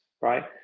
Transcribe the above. right